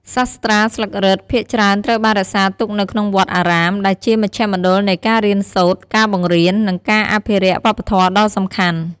សាស្រ្តាស្លឹករឹតភាគច្រើនត្រូវបានរក្សាទុកនៅក្នុងវត្តអារាម ដែលជាមជ្ឈមណ្ឌលនៃការរៀនសូត្រ ការបង្រៀន និងការអភិរក្សវប្បធម៌ដ៏សំខាន់។